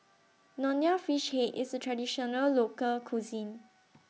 Nonya Fish Head IS A Traditional Local Cuisine